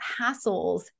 hassles